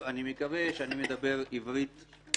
חבר כנסת בגין, אני מקווה שאני מדבר עברית ברורה.